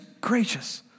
gracious